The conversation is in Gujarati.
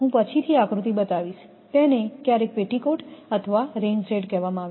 હું પછીથી આકૃતિ બતાવીશ તેને ક્યારેક પેટીકોટ અથવા રેઇન શેડ કહેવામાં આવે છે